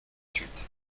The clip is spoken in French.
huit